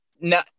No